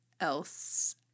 else